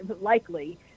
likely